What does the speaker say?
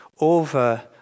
over